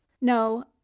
No